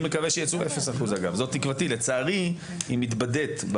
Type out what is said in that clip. לצערי היא מתבדית בשטח, אבל ייצאו X אנשים.